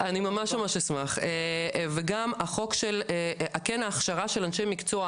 אני ממש ממש אשמח וגם החוק של הכן ההכשרה של אנשי מקצוע,